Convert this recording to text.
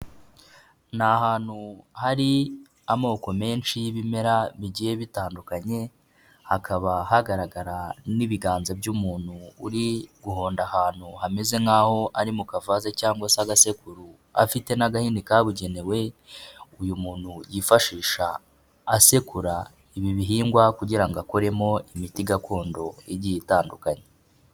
Ni ahantu hari amoko menshi y'ibimera bigiye bitandukanye, hakaba hagaragara n'ibiganza by'umuntu uri guhonda ahantu hameze nkaho ari mu kavaza cyangwa se agasekuru afite n'agahini kabugenewe, uyu muntu yifashisha asekura ibi bihingwa kugira ngo akoremo imiti gakondo igiye itandukanye.